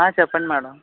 ఆ చెప్పండి మేడం